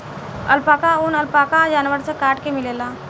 alpaca ऊन, alpaca जानवर से काट के मिलेला